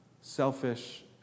selfish